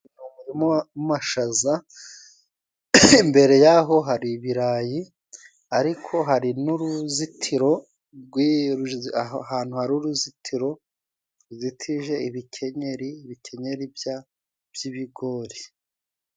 Umuurima w'amashyaza imbere yaho hari ibirayi ariko hari n'uruzitiro rw' ahantu. Hari uruzitiro ruzitije ibikenyeri by'ibigori.